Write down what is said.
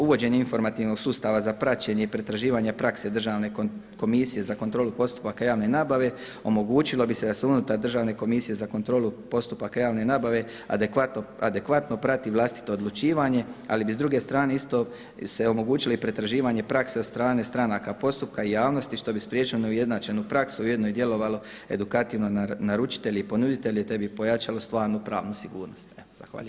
Uvođenje informativnog sustava za praćenje i pretraživanje prakse Državne komisije za kontrolu postupaka javne nabave omogućilo bi se da se unutar Državne komisije za kontrolu postupaka javne nabave adekvatno prati vlastito odlučivanje, ali bi s druge strane isto se omogućilo i pretraživanje prakse od strane stranaka postupka i javnosti što bi spriječilo neujednačenu praksu i ujedno djelovalo edukativno naručitelju i ponuditelju, te bi pojačalo stvarnu pravnu sigurnost.